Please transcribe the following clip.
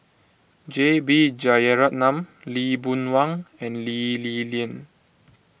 J B Jeyaretnam Lee Boon Wang and Lee Li Lian